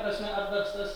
prasme apverstas